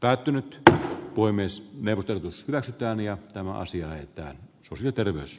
ärtynyt sitä voi myös neuvottelutusnäytetään ja tämä asia näyttää nyt terveys